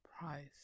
price